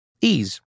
Ease